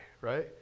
right